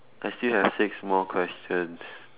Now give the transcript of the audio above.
I still have six more questions